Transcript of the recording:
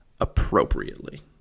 appropriately